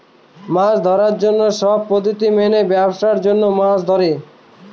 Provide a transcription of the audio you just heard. মাছ ধরার জন্য সব পদ্ধতি মেনে ব্যাবসার জন্য মাছ ধরে